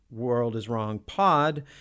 worldiswrongpod